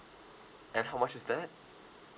and how much is that